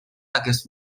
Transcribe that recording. aquest